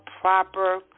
proper